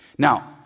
Now